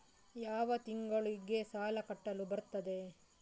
ಯಾವ ತಿಂಗಳಿಗೆ ಸಾಲ ಕಟ್ಟಲು ಬರುತ್ತದೆ?